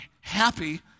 happy